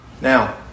Now